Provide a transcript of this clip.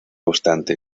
obstante